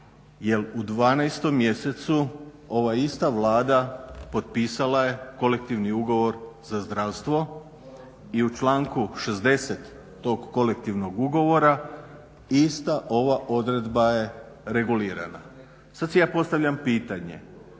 jer u 12. mjesecu ova ista Vlada potpisala je kolektivni ugovor za zdravstvo i u članku 60. tog kolektivnog ugovora ista ova odredba je regulirana. Sad si ja postavljam pitanje,